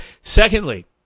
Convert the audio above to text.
Secondly